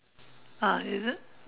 ah is it